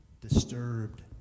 disturbed